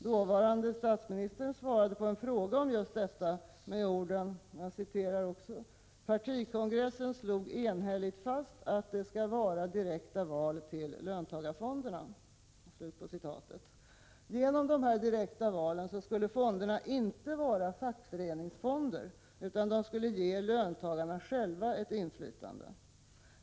Dåvarande statsministern svarade på en fråga om just detta med orden: ”Partikongressen slog enhälligt fast, att det ska vara direkta val till löntagarfonderna.” Genom dessa direkta val skulle fonderna inte vara fackföreningsfonder, utan de skulle ge löntagarna själva ett inflytande.